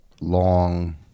long